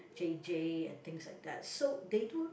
J_J and things like that so they do